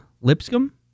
Lipscomb